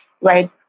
right